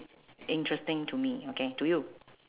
interesting to me okay to you